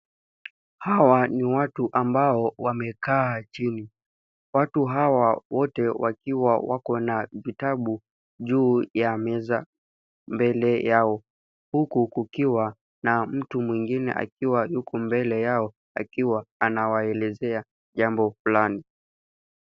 Hawa ni watu ambao wamekaa chini. Watu hawa wote wakiwa wako na vitabu juu ya mez mbele yao. Huku kukiwa na mtu mwingine akiwa huku mbele yao akiwa anawaelezea jambo fulani.